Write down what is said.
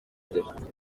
n’abaturage